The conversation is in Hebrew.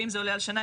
ואם זה עולה על שנה,